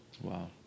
Wow